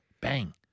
bang